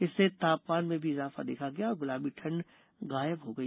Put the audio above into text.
इससे तापमान में भी इजाफा देखा गया और गुलाबी ठंड गायब हो गई